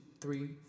three